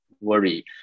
worry